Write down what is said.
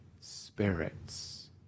spirits